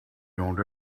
don’t